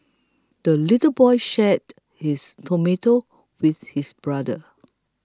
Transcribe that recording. the little boy shared his tomato with his brother